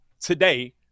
today